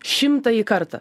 šimtąjį kartą